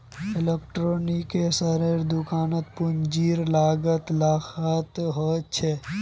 इलेक्ट्रॉनिक्सेर दुकानत पूंजीर लागत लाखत ह छेक